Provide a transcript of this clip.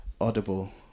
audible